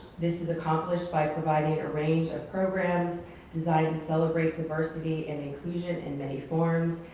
this is accomplished by providing a range of programs designed to celebrate diversity and inclusion in many forms.